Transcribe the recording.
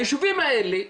היישובים האלה,